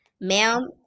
Ma'am